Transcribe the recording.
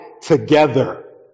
together